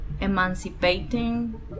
emancipating